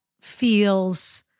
feels